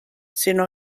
sinó